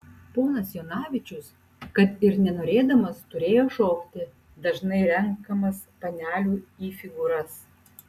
ponas jonavičius kad ir nenorėdamas turėjo šokti dažnai renkamas panelių į figūras